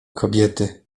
kobiety